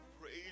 praise